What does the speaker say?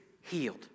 healed